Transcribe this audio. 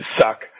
suck